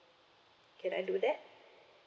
can I do that